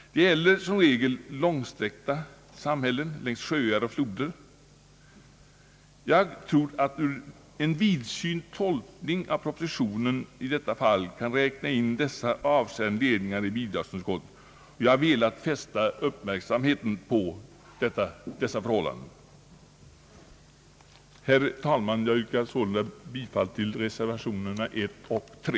Det gäller som regel långsträckta samhällen längs sjöar och floder. Jag tror att en vidsynt tolkning av propositionen kan räkna in avskärande ledningar i bidragsunderlaget, och jag har velat fästa uppmärksamheten på dessa förhållanden. Herr talman! Jag yrkar sålunda bifall till reservationerna 1 och 3.